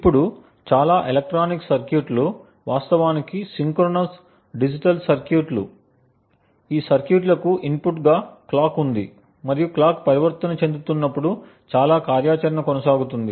ఇప్పుడు చాలా ఎలక్ట్రానిక్ సర్క్యూట్లు వాస్తవానికి సింక్రోనస్ డిజిటల్ సర్క్యూట్లు ఈ సర్క్యూట్ లకు ఇన్పుట్ గా క్లాక్ ఉంది మరియు క్లాక్ పరివర్తన చెందుతున్నప్పుడు చాలా కార్యాచరణ కొనసాగుతుంది